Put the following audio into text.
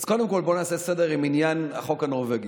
אז קודם כול בואו נעשה סדר עם עניין החוק הנורבגי.